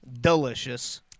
Delicious